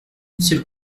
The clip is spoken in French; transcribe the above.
monsieur